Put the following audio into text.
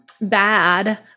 bad